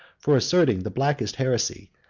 for asserting the blackest heresy,